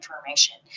information